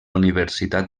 universitat